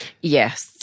Yes